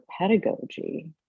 pedagogy